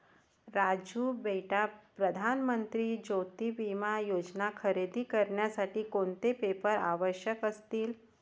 राजू बेटा प्रधान मंत्री ज्योती विमा योजना खरेदी करण्यासाठी कोणते पेपर आवश्यक असतील?